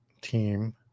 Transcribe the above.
team